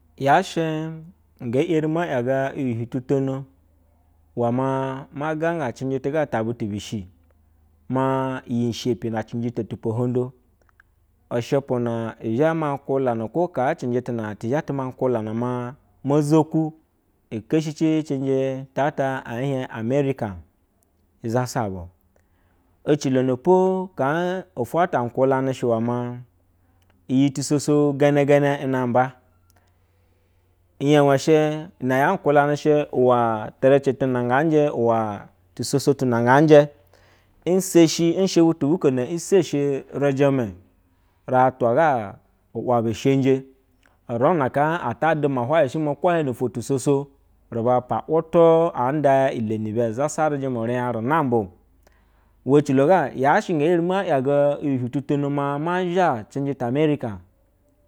Yashe ge erima yaga uhiuhu tutono, uwe maa ma gaga cinje tuta butu bishi, ma luf iyi shapina cinje totu pahondo ushupuna uzhe ma hula na kokala cinje tuna tizhe tu ma kula ma mo zohu, iheshiji cinje tata ehien emerika izasa bo ecilo po haa otworta uhulane shɛ we moa iyi tusoso ganena ne ina namba. Iya she iya kula ne she uwa tiretuna nhaje uwa tusoso tuna ngeije, nshehi nshe butu bukona seshe rata gau wasa sheje urina haa a ta klu ma hwaye ho ehie no afwo ti soso, ruba pa uwutu̱ anda ile nibe izasa runya a runanbo, ounle eciw ga yahse geri ma yega uhiuhu ta tono maa ma zha cinje ta amerika.